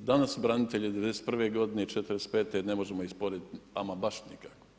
danas branitelji '91. i '45. ne možemo ih usporediti ama baš nikako.